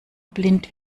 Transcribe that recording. blind